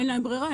אין להם ברירה,